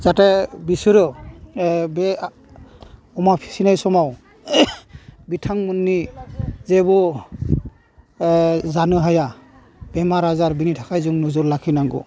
जाहाथे बिसोरो बे अमा फिसिनाय समाव बिथांमोननि जेबो जानो हाया बेमार आजार बेनि थाखाय जों नोजोर लाखिनांगौ